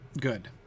good